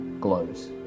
glows